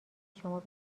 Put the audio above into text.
شما